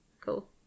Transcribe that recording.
Cool